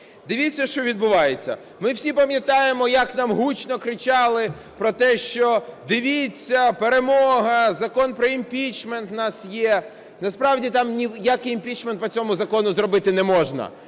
Дивіться, що відбувається. Ми всі пам'ятаємо, як нам гучно кричали про те, що, дивіться – перемога, Закон про імпічмент у нас є. Насправді там ніякий імпічмент по цьому закону зробити не можна.